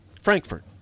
Frankfurt